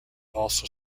also